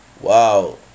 Wow